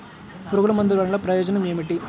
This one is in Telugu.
పురుగుల మందుల వల్ల ప్రయోజనం ఏమిటీ?